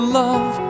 love